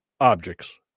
objects